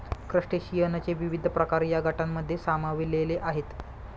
क्रस्टेशियनचे विविध प्रकार या गटांमध्ये सामावलेले आहेत